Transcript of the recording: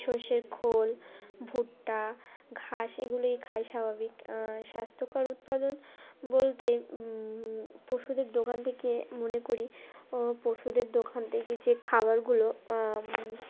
সর্ষের খোল ভুট্টা ঘাস এগুলোই খায় স্বাভাবিক স্বাস্থ্যকর উৎপাদন বলতে পশুদের দোকান থেকে মনে করি পশুদের দোকান থেকে যে খাবারগুলো